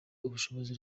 ubushobozi